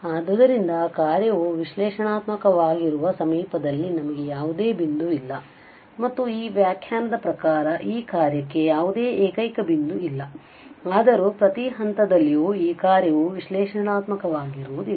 ಆದ್ದರಿಂದ ಕಾರ್ಯವು ವಿಶ್ಲೇಷಣಾತ್ಮಕವಾಗಿರುವ ಸಮೀದಲ್ಲಿ ನಮಗೆ ಯಾವುದೇ ಬಿಂದುವಿಲ್ಲ ಮತ್ತು ಈ ವ್ಯಾಖ್ಯಾನದ ಪ್ರಕಾರ ಈ ಕಾರ್ಯಕ್ಕೆ ಯಾವುದೇ ಏಕೈಕ ಬಿಂದು ಇಲ್ಲ ಆದರೂ ಪ್ರತಿ ಹಂತದಲ್ಲಿಯೂ ಈ ಕಾರ್ಯವು ವಿಶ್ಲೇಷಣಾತ್ಮಕವಾಗಿರುವುದಿಲ್ಲ